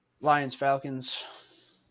Lions-Falcons